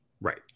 right